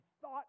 thought